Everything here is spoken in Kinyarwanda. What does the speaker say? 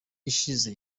ishize